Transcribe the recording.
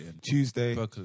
Tuesday